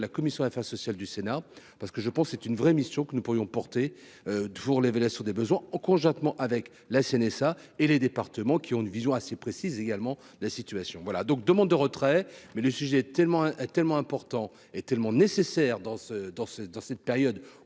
la commission affaires sociales du Sénat parce que je pense, c'est une vraie mission que nous pourrions porter toujours l'évaluation des besoins ont conjointement avec la CNSA et les départements qui ont une vision assez précise également la situation voilà donc demande de retrait, mais le sujet est tellement, tellement important et tellement nécessaire dans ce dans ce